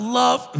love